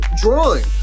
drawing